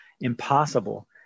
impossible